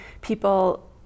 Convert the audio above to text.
people